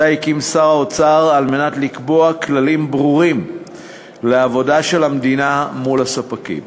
שהקים שר האוצר כדי לקבוע כללים ברורים לעבודה של המדינה עם הספקים.